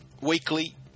weekly